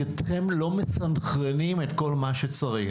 כי אתם לא מסנכרנים את כל מה שצריך.